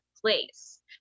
place